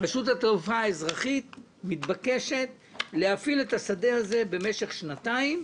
רשות התעופה האזרחית מתבקשת להפעיל את השדה הזה במשך שנתיים,